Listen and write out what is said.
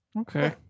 Okay